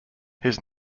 his